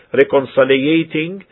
reconciliating